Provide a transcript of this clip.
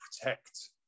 protect